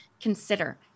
consider